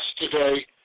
yesterday